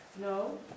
No